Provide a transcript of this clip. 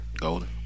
Golden